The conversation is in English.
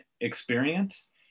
experience